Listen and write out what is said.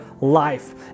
life